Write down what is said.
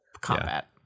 combat